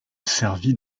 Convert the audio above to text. servit